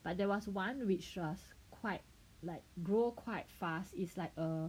but there was one which was quite like grow quite fast is like a